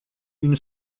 une